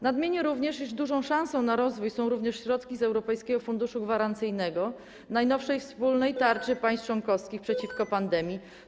Nadmienię również, że dużą szansą na rozwój są także środki z europejskiego funduszu gwarancyjnego, najnowszej wspólnej tarczy państw członkowskich przeciwko pandemii.